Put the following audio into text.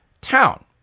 town